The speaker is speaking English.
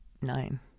Nine